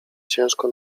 ciężko